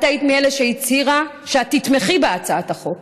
את היית מאלה שהצהירו, את תתמכי בהצעת החוק.